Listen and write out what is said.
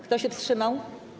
Kto się wstrzymał?